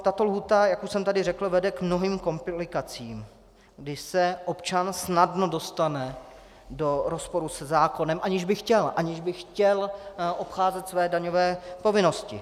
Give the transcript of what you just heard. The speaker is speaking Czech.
Tato lhůta, jak už jsem tady řekl, vede k mnohým komplikacím, když se občan snadno dostane do rozporu se zákonem, aniž by chtěl obcházet své daňové povinnosti.